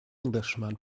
englishman